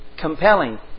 compelling